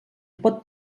pot